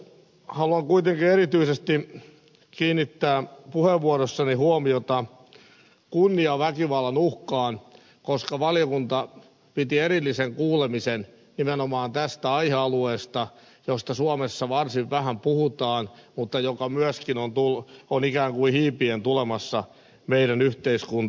haluan kuitenkin erityisesti kiinnittää puheenvuorossani huomiota kunniaväkivallan uhkaan koska valiokunta piti erillisen kuulemisen nimenomaan tästä aihealueesta josta suomessa varsin vähän puhutaan mutta joka myöskin on ikään kuin hiipien tulemassa meidän yhteiskuntaamme